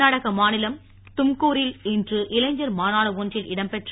கர்நாடக மாநிலம் தும்கூரில் இன்று இளைஞர் மாநாடு ஒன்றில் இடம்பெற்ற